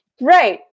Right